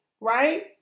right